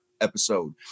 episode